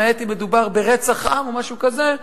למעט אם מדובר ברצח עם או משהו כזה,